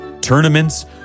tournaments